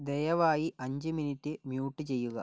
ദയവായി അഞ്ച് minute mute ചെയ്യുക